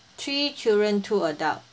three children two adult